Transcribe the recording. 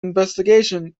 investigation